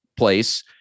place